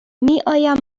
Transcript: میآیم